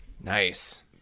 Nice